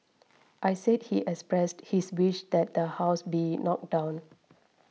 I said he expressed his wish that the house be knocked down